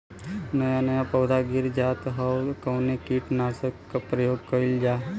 नया नया पौधा गिर जात हव कवने कीट नाशक क प्रयोग कइल जाव?